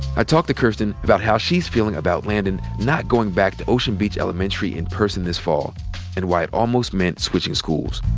i talk to kirsten about how she's feeling about landon not going back to ocean beach elementary in person this fall and why it almost meant switching schools.